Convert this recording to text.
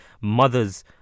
mothers